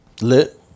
Lit